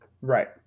Right